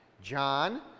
john